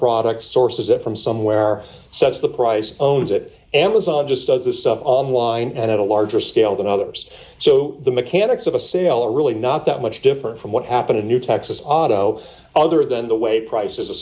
products sources it from somewhere sets the price owns it amazon just does this stuff online at a larger scale than others so the mechanics of a sale are really not that much different from what happened in new texas auto other than the way prices